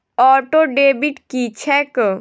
Auto debit की छैक?